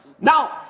Now